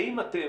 האם אתם,